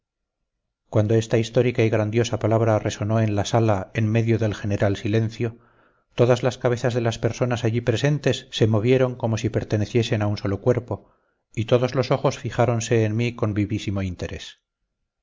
cuando esta histórica y grandiosa palabra resonó en la sala en medio del general silencio todas las cabezas de las personas allí presentes se movieron como si perteneciesen a un solo cuerpo y todos los ojos fijáronse en mí con vivísimo interés